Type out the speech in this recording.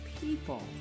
people